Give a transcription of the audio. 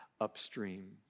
upstream